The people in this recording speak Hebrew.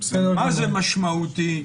מה זה משמעותי.